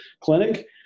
clinic